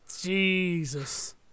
Jesus